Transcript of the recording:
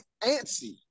antsy